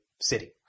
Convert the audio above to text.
city